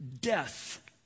Death